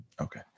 okay